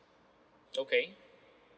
okay